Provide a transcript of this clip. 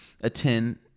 attend